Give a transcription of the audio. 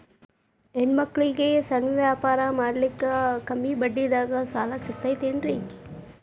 ಹೆಣ್ಣ ಮಕ್ಕಳಿಗೆ ಸಣ್ಣ ವ್ಯಾಪಾರ ಮಾಡ್ಲಿಕ್ಕೆ ಕಡಿಮಿ ಬಡ್ಡಿದಾಗ ಸಾಲ ಸಿಗತೈತೇನ್ರಿ?